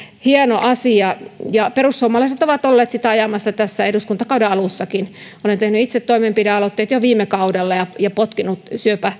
hieno asia perussuomalaiset ovat olleet sitä ajamassa tässä eduskuntakauden alussakin olen tehnyt itse toimenpidealoitteet jo viime kaudella ja ja potkinut